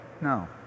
No